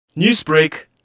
Newsbreak